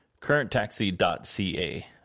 currenttaxi.ca